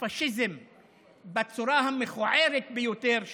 הפשיזם בצורה המכוערת ביותר שלו.